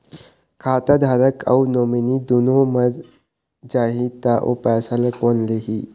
खाता धारक अऊ नोमिनि दुनों मर जाही ता ओ पैसा ला कोन लिही?